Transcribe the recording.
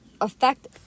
affect